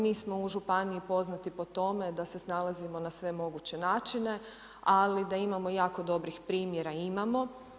Mi smo u Županiji poznati po tome da se snalazimo na sve moguće načine, ali da imamo jako dobrih primjera, imamo.